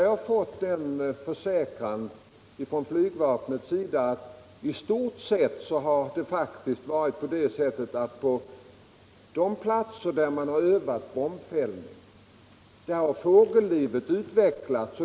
Jag.har emellertid från flygvapnet fått beskedet att fågellivet på de platser där man övat bombfällning i stort sett har befrämjats.